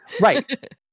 right